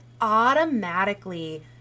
automatically